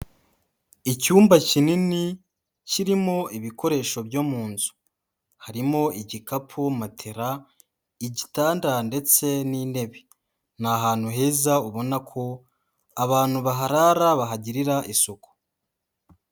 Icyumba kinini kirimo ibikoresho byo mu nzu, harimo igikapu, matela, igitanda ndetse n'intebe, ni ahantu heza ubona ko abantu baharara bahagirira isuku.